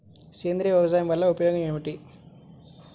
సేంద్రీయ వ్యవసాయం వల్ల ఉపయోగం ఏమిటి?